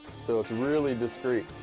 so it's really discreet.